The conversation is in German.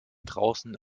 draußen